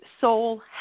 soul